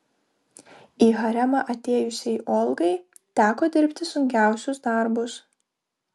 į haremą atėjusiai olgai teko dirbti sunkiausius darbus